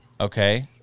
Okay